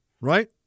Right